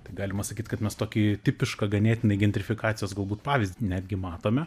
tai galima sakyt kad mes tokį tipišką ganėtinai gentrifikacijos galbūt pavyzdį netgi matome